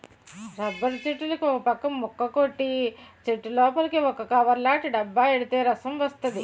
rubber చెట్టులుకి ఒకపక్క ముక్క కొట్టి చెట్టులోపలికి ఒక కవర్లాటి డబ్బా ఎడితే రసం వస్తది